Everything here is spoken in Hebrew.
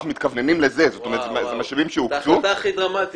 התקופה הזאת